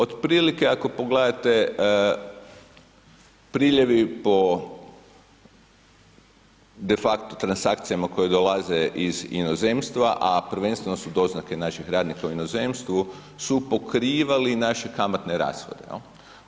Otprilike ako pogledate priljevi po de facto transakcijama koje dolaze iz inozemstva, a prvenstveno su doznake naših radnika u inozemstvu, su pokrivali naše kamatne rashode, jel.